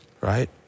right